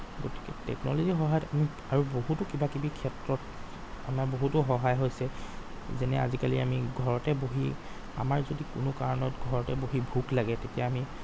গতিকে টেকনলজিৰ সহায়ত আমি আৰু বহুতো কিবাকিবি ক্ষেত্ৰত আমাৰ বহুতো সহায় হৈছে যেনে আজিকালি আমি ঘৰতে বহি আমাৰ যদি কোনো কাৰণত ঘৰতে বহি ভোক লাগে তেতিয়া আমি